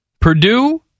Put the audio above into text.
Purdue